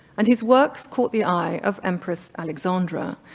and his works caught the eye of empress alexandra,